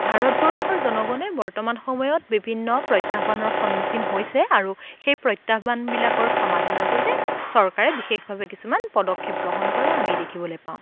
ভাৰতবৰ্ষৰ জনগণে বৰ্তমান সময়ত বিভিন্ন প্ৰত্যাহ্বানৰ সন্মুখীন হৈছে আৰু সেই প্ৰত্যাহ্বানবিলাকৰ সমাধানৰ বাবে চৰকাৰে বিশেষভাৱে কিছুমান পদক্ষেপ গ্ৰহণ কৰা আমি দেখিবলৈ পাওঁ